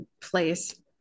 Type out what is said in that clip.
place